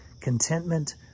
contentment